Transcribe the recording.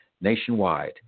nationwide